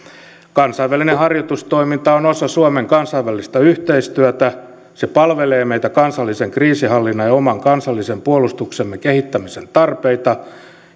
kansainvälinen harjoitustoiminta on osa suomen kansainvälistä yhteistyötä se palvelee meitä kansallisen kriisinhallinnan ja oman kansallisen puolustuksemme kehittämisen tarpeita